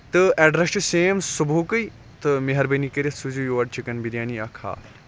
تہٕ ایڈرس چھُ سیم صُبحُکُے تہٕ مہربٲنی کٔرِتھ سوٗزِو یور چِکن بِریانی اَکھ ہاف